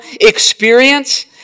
experience